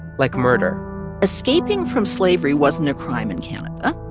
like murder escaping from slavery wasn't a crime in canada.